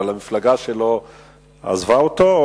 אבל המפלגה שלו עזבה אותו,